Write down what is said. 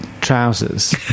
trousers